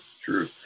true